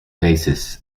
basis